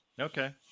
Okay